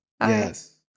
Yes